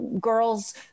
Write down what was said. girls